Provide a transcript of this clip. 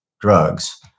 drugs